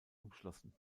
umschlossen